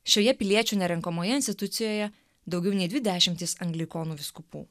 šioje piliečių nerenkamoje institucijoje daugiau nei dvi dešimtys anglikonų vyskupų